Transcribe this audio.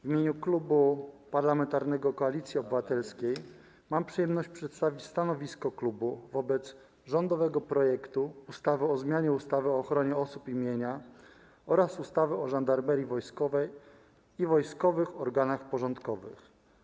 W imieniu Klubu Parlamentarnego Koalicji Obywatelskiej mam przyjemność przedstawić stanowisko wobec rządowego projektu ustawy o zmianie ustawy o ochronie osób i mienia oraz ustawy o Żandarmerii Wojskowej i wojskowych organach porządkowych.